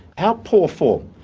how poor form,